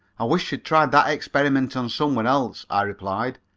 i wish you'd tried that experiment on some one else, i replied,